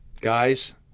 guys